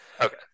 Okay